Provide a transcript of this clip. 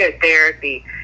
therapy